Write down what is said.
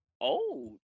Old